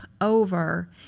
over